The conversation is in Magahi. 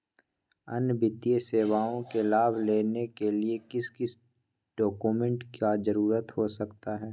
अन्य वित्तीय सेवाओं के लाभ लेने के लिए किस किस डॉक्यूमेंट का जरूरत हो सकता है?